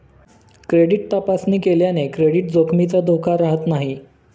credit तपासणी केल्याने credit जोखमीचा धोका राहत नाही